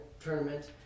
tournament